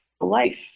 life